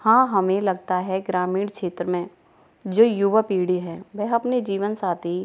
हाँ हमें लगता है ग्रामीण क्षेत्र में जो युवा पीढ़ी है वह अपने जीवान साथी